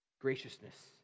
Graciousness